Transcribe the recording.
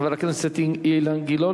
חבר הכנסת אילן גילאון,